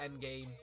Endgame